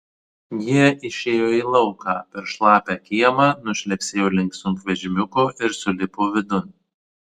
jie išėjo į lauką per šlapią kiemą nušlepsėjo link sunkvežimiuko ir sulipo vidun